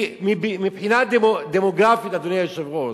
כי מבחינה דמוגרפית, אדוני היושב-ראש,